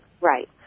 right